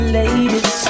ladies